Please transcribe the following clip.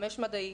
5 מדעי,